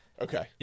okay